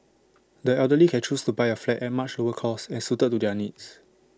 the elderly can choose to buy A flat at much lower cost and suited to their needs